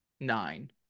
nine